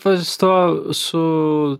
va su tuo su